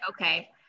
okay